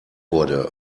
wurde